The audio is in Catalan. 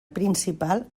principal